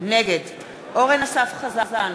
נגד אורן אסף חזן,